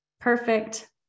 Perfect